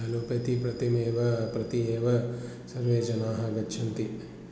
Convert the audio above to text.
अलोपतिप्रत्येव प्रति एव सर्वे जनाः गच्छन्ति